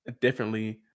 differently